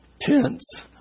tents